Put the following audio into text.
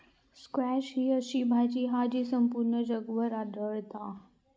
squash ही अशी भाजी हा जी संपूर्ण जगभर आढळता